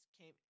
came